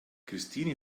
christine